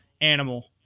animal